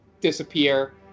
disappear